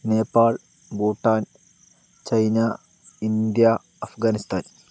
Nepal Bhutan China India Afghanistan